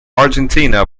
argentina